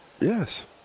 Yes